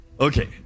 Okay